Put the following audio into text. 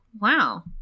Wow